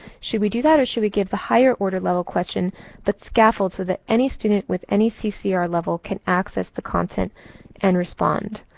should we do that or should we give the higher order level question but scaffold, so that any student with any ccr level can access the content and respond?